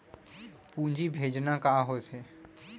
पूंजी भेजना का होथे?